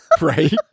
Right